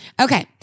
Okay